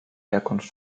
herkunft